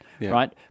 right